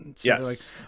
Yes